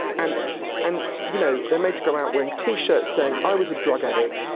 and and you know they're made to go out wearing t-shirts saying, i was a drug addict,